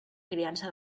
criança